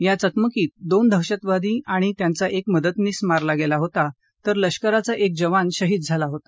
या चकमकीत दोन दहशतवादी आणि एक मदतनीस मारला गेला होता तर लष्कराचा एक जवान शहीद झाला होता